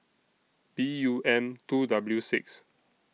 B U M two W six